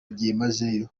byimazeyo